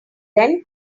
then